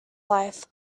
life